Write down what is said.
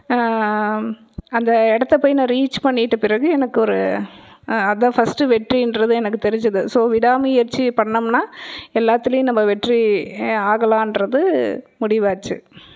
அந்த இடத்த போய் நான் ரீச் பண்ணிட்ட பிறகு எனக்கு ஒரு அதான் ஃபஸ்ட்டு வெற்றின்றது எனக்கு தெரிஞ்சது ஸோ விடாமுயற்சியை பண்ணோம்னால் எல்லாத்துலையும் நம்ம வெற்றி ஆகலான்றது முடிவாச்சு